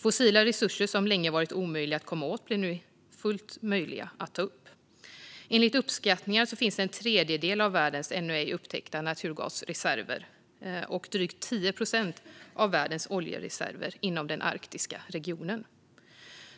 Fossila resurser som länge varit omöjliga att komma åt blir nu fullt möjliga att ta upp. Enligt uppskattningar finns en tredjedel av världens ännu ej upptäckta naturgasreserver och drygt 10 procent av världens oljereserver inom den arktiska regionen.